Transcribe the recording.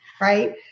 right